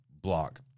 block